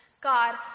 God